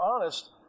honest